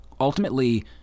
ultimately